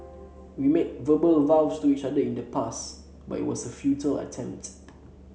we made verbal vows to each other in the past but it was a futile attempt